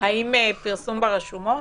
האם פרסום ברשומות?